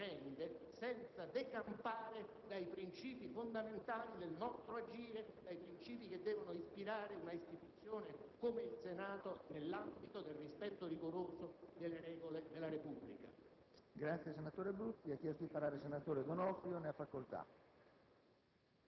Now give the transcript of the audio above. È dunque con serenità che dobbiamo affrontare questa come altre vicende, senza decampare dai princìpi fondamentali del nostro agire e da quelli che devono ispirare un'istituzione come il Senato, nell'ambito del rispetto rigoroso delle regole della Repubblica.